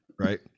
Right